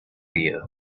you